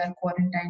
quarantine